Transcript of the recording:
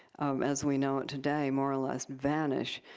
um as we know it today, more or less vanished.